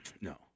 No